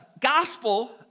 gospel